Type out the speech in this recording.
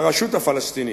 לרשות הפלסטינית,